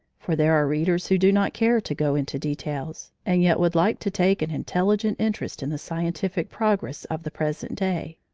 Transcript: for there are readers who do not care to go into details, and yet would like to take an intelligent interest in the scientific progress of the present day.